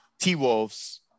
T-Wolves